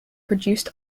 produced